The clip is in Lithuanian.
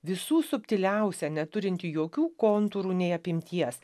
visų subtiliausią neturintį jokių kontūrų nei apimties